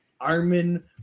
Armin